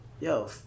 Yo